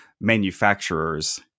manufacturers